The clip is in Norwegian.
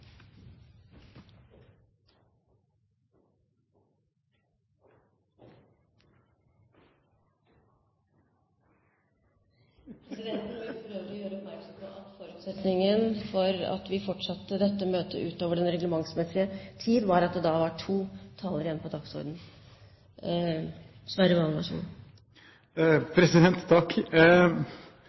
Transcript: vil gjøre oppmerksom på at forutsetningen for at vi fortsatte dette møtet utover den reglementsmessige tiden, var at det da var to talere igjen på